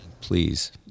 please